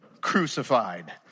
crucified